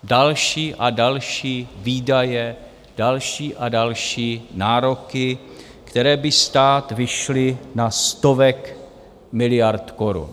Další a další výdaje, další a další nároky, které by stát vyšly na stovek miliard korun.